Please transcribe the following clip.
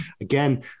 Again